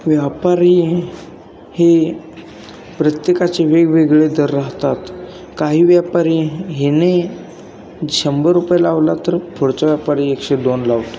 व्यापारी हे हे प्रत्येकाचे वेगवेगळे दर राहतात काही व्यापारी ह्यानी शंभर रुपये लावला तर पुढचा व्यापारी एकशे दोन लावतो